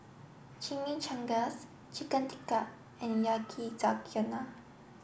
Chimichangas Chicken Tikka and Yakizakana